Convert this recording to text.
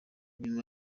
nyuma